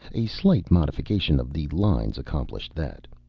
a slight modification of the lines accomplished that.